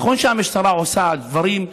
נכון שהמשטרה עושה דברים,